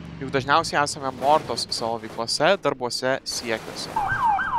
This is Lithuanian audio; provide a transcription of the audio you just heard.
juk dažniausiai esame mortos savo veiklose darbuose siekiuose